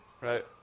Right